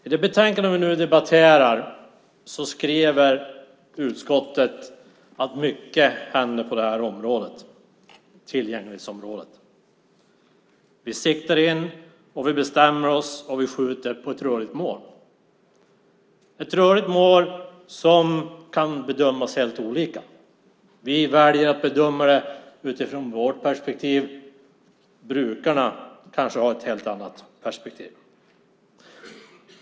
I det betänkande vi nu debatterar skriver utskottet att mycket händer på tillgänglighetsområdet. Vi siktar, vi bestämmer oss och vi skjuter på ett rörligt mål. Det är ett rörligt mål som kan bedömas helt olika. Vi väljer att bedöma det utifrån vårt perspektiv. Brukarna kanske har ett helt annat perspektiv.